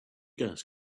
gas